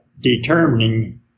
determining